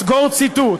סגור ציטוט.